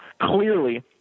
clearly